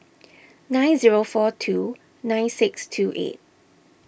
nine zero four two nine six two eight